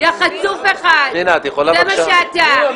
יא חצוף אחד, זה מה שאתה.